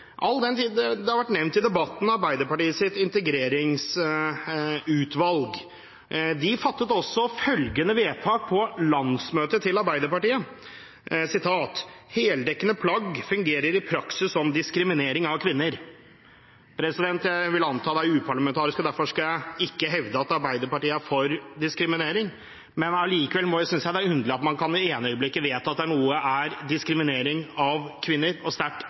all den tid det har vært nevnt i debatten av Arbeiderpartiets integreringsutvalg. De fattet også følgende vedtak på landsmøtet til Arbeiderpartiet: «Heldekkende plagg fungerer i praksis som diskriminering av kvinner». Jeg vil anta det er uparlamentarisk, og derfor skal jeg ikke hevde at Arbeiderpartiet er for diskriminering, men allikevel synes jeg det er underlig at man i det ene øyeblikket kan vedta at noe er diskriminering av kvinner og sterkt